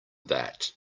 that